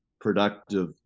productive